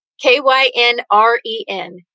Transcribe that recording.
K-Y-N-R-E-N